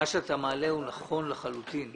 מה שאתה מעלה, זה לחלוטין נכון.